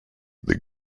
the